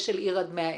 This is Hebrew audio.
ושל עיר עד 100 אלף.